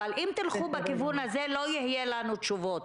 אבל אם תלכו בכיוון הזה לא יהיו לנו תשובות.